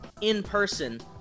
in-person